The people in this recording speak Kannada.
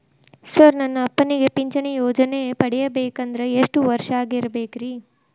ಸರ್ ನನ್ನ ಅಪ್ಪನಿಗೆ ಪಿಂಚಿಣಿ ಯೋಜನೆ ಪಡೆಯಬೇಕಂದ್ರೆ ಎಷ್ಟು ವರ್ಷಾಗಿರಬೇಕ್ರಿ?